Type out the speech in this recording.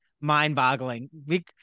mind-boggling